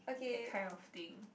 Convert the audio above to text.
that kind of thing